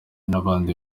nabandi